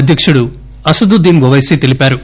అధ్యకుడు అసదుద్గీన్ ఓపైసీ తెలిపారు